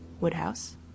Woodhouse